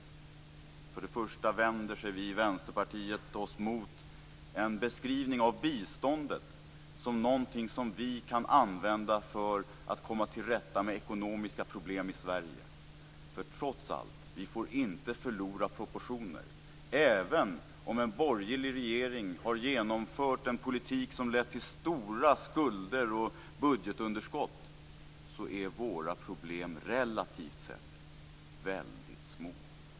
Vänsterpartiet vänder sig till att börja med emot en beskrivning av biståndet som någonting vi kan använda för att komma till rätta med ekonomiska problem i Sverige. Trots allt får vi inte förlora proportionerna. Även om en borgerlig regering har genomfört en politik som lett till stora skulder och budgetunderskott är våra problem, relativt sett, väldigt små.